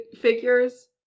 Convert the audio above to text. figures